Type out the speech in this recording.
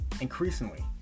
increasingly